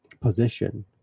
position